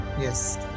Yes